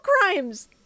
crimes